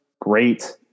Great